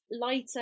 lighter